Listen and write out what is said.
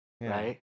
Right